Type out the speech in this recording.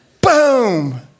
boom